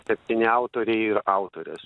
septyni autoriai ir autorės